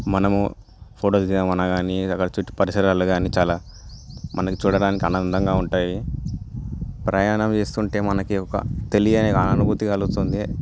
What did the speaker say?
మనము ఫోటోస్ దిగమనిగానీ లేదా చుట్టూ పరిసరాలు గానీ చాలా మనం చూడడానికి ఆనందంగా ఉంటాయి ప్రయాణం చేస్తుంటే మనకి ఒక తెలియని అనుభూతి కలుగుతుంది